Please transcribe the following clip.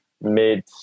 mid